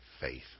faith